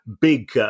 big